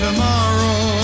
Tomorrow